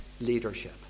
leadership